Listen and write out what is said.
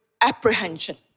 apprehension